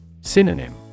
Synonym